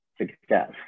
success